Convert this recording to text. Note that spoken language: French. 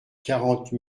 quarante